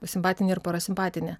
simpatinė ir parasimpatinė